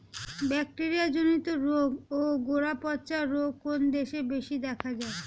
Bacteria জনিত রোগ ও গোড়া পচা রোগ কোন দেশে বেশি দেখা যায়?